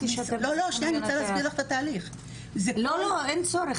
--- לא, אין צורך.